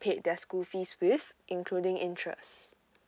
paid their school fees with including interest